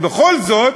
ובכל זאת